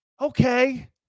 Okay